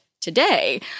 today